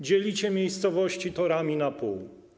Dzielicie miejscowości torami na pół.